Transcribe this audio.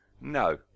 No